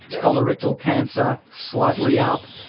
colorectal cancer, slightly up.